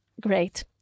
Great